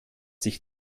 sich